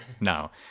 No